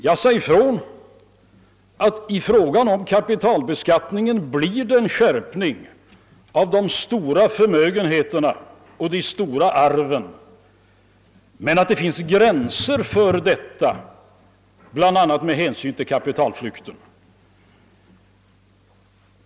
Jag sade ifrån att vad beträffar kapitalbeskattningen blir det en skärpning av de stora förmögenheterna och de stora arven, men att det finns gränser för detta bl.a. med hänsyn till risken för kapitalflykt.